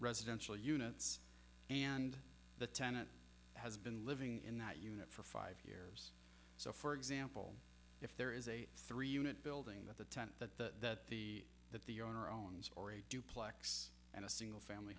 residential units and the tenant has been living in that unit for five year so for example if there is a three unit building that the tenant that the that the owner owns or a duplex and a single family